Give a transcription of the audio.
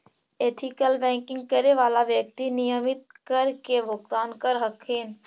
ethical banking करे वाला व्यक्ति नियमित कर के भुगतान करऽ हथिन